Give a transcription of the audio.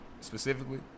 Specifically